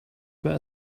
were